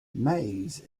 maize